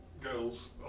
girls